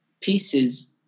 pieces